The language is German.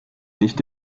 nicht